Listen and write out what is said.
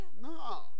No